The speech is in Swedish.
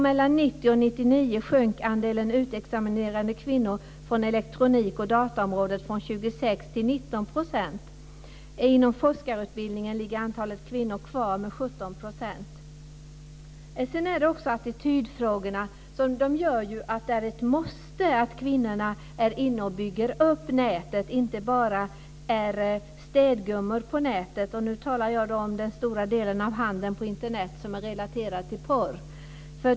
Mellan Inom forskarutbildningen ligger andelen kvinnor kvar med 17 %. Sedan är det också fråga om attityderna. Det gör att det är ett måste att kvinnorna är med och bygger upp nätet, inte bara är städgummor på nätet. Nu talar jag om den stora delen av handel på Internet som är relaterad till porr.